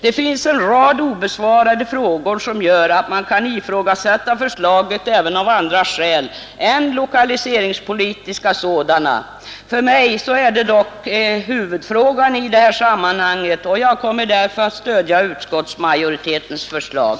Det finns också en rad övriga obesvarade frågor som gör att man kan ifrågasätta förslaget även av andra skäl än lokaliseringspolitiska sådana, som dock för mig är de mest väsentliga i detta sammanhang, och jag kommer därför att stödja utskottsmajoritetens förslag.